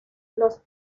los